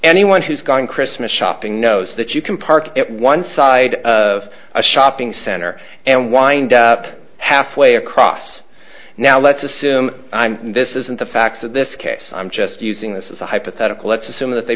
anyone who's going christmas shopping knows that you can park at one side of a shopping center and wind up half way across now let's assume this isn't the facts of this case i'm just using this is a hypothetical let's assume that they